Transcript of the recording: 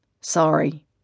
Sorry